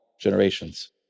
generations